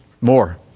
More